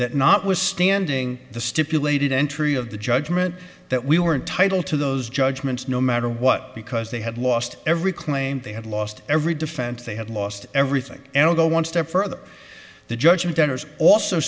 that notwithstanding the stipulated entry of the judgment that we were entitled to those judgments no matter what because they had lost every claim they had lost every defense they had lost everything and i'll go one step further the judgment enters also